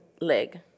leg